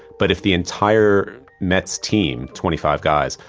but if the entire mets team, twenty five guys,